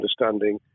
understanding